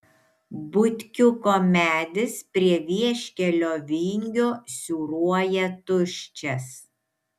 butkiuko medis prie vieškelio vingio siūruoja tuščias